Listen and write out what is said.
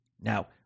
Now